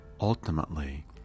Ultimately